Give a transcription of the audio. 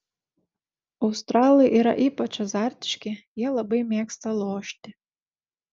australai yra ypač azartiški jie labai mėgsta lošti